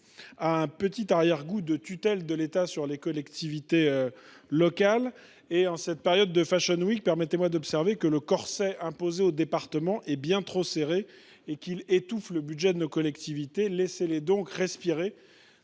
a un petit arrière goût de tutelle de l’État sur les collectivités locales. En cette période de, permettez moi d’observer que le corset imposé aux départements est bien trop serré et qu’il étouffe le budget de nos collectivités. Laissez les donc respirer